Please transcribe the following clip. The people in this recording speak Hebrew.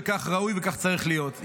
וכך ראוי וכך צריך להיות.